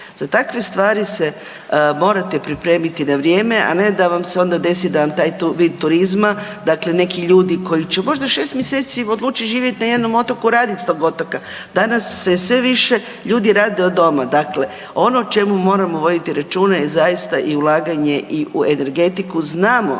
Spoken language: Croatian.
Za takve stvari se morate pripremiti na vrijeme, a ne da vam se onda desi da vam taj vid turizma, dakle neki ljudi koji će možda 6 mjeseci odlučit živjet na jednom otoku i radit s tog otoka. Danas sve više ljudi rade od doma. Dakle, ono o čemu moramo voditi računa je zaista i ulaganje i u energetiku. Znamo